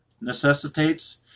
necessitates